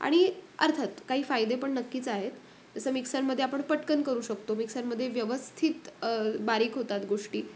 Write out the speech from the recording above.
आणि अर्थात काही फायदे पण नक्कीच आहेत जसं मिक्सरमध्ये आपण पटकन करू शकतो मिक्सरमध्ये व्यवस्थित बारीक होतात गोष्टी